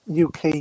UK